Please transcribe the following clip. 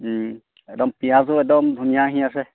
একদম পিঁয়াজো একদম ধুনীয়া আহি আছে